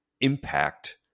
impact